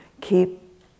keep